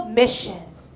missions